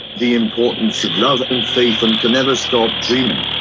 the importance of love and faith, and to never stop dreaming.